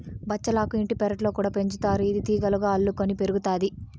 బచ్చలాకు ఇంటి పెరట్లో కూడా పెంచుతారు, ఇది తీగలుగా అల్లుకొని పెరుగుతాది